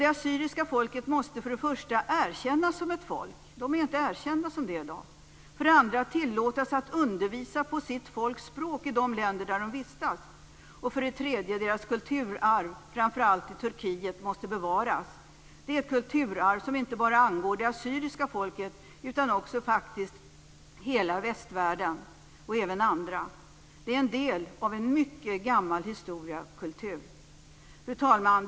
Det assyriska folket måste för det första erkännas som ett folk. De är inte erkända som det i dag. För det andra måste de tillåtas att undervisa på sitt folks språk i de länder där de vistas. För det tredje måste deras kulturarv, framför allt i Turkiet, bevaras. Det är ett kulturarv som inte bara angår det assyriska folket utan faktiskt också hela västvärlden och även andra. Det är en del av en mycket gammal historia och kultur. Fru talman!